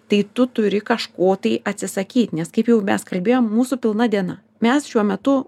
tai tu turi kažko tai atsisakyti nes kaip jau mes kalbėjom mūsų pilna diena mes šiuo metu